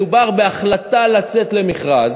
מדובר בהחלטה לצאת למכרז.